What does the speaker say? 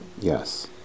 Yes